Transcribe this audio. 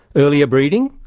earlier breeding,